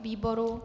Výboru?